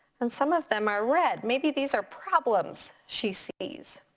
and some of them are red. maybe these are problems she sees.